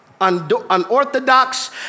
unorthodox